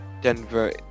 Denver